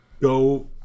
go